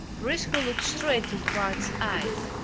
briscoe looked straight into bart's eyes.